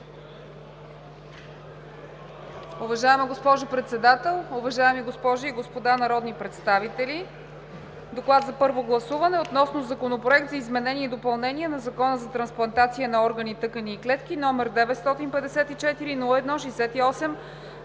Уважаема госпожо Председател, уважаеми госпожи и господа народни представители! „ДОКЛАД за първо гласуване относно Законопроект за изменение и допълнение на Закона за трансплантация на органи, тъкани и клетки, № 954-01-68,